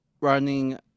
running